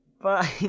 Bye